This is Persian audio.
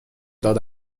داد